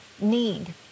need